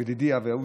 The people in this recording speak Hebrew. בדידי הווה עובדא,